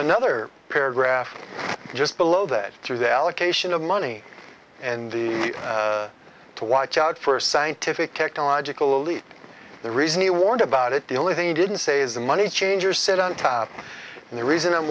another paragraph just below that through the allocation of money and the to watch out for scientific technological alit the reason he warned about it the only thing he didn't say is the money changers sit on top and the reason i'm